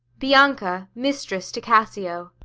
bianca, mistress to cassio.